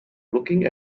looking